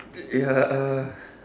ugh ya uh